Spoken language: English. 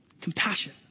Compassion